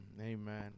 Amen